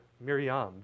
Miriam